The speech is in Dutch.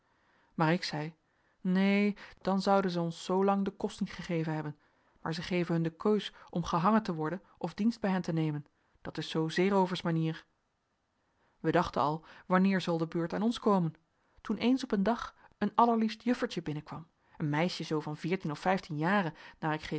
maar ik zei neen dan zouden zij ons zoo lang den kost niet gegeven hebben maar zij geven hun de keus om gehangen te worden of dienst bij hen te nemen dat is zoo zeerooversmanier wij dachten al wanneer zal de beurt aan ons komen toen eens op een dag een allerliefst juffertje binnenkwam een meisje zoo van veertien of vijftien jaren naar